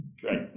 Great